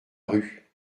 rue